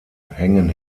hängen